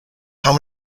how